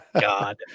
God